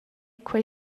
quei